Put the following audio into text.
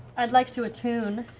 i'd like to attune